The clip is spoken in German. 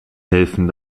helfen